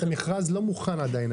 המכרז לא מוכן עדיין?